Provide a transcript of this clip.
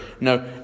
No